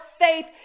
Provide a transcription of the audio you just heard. faith